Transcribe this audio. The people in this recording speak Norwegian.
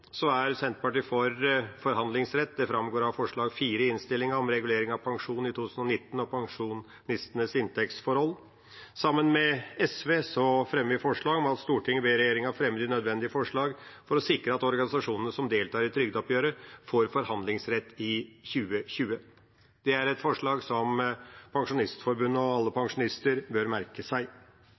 er Senterpartiet for forhandlingsrett. Det framgår av forslag nr. 4 i innstillinga om regulering av pensjon i 2019 og pensjonistenes inntektsforhold. Sammen med SV fremmer vi følgende forslag: «Stortinget ber regjeringen fremme de nødvendige forslag for å sikre at organisasjonene som deltar i trygdeoppgjøret, får forhandlingsrett i 2020.» Det er et forslag som Pensjonistforbundet og alle pensjonister bør merke seg.